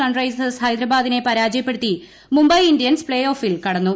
Sunrisers ഹൈദരാബാദിനെ പരാജയപ്പെടുത്തി Mumbai Indians പ്തേ ഓഫിൽ കടന്നു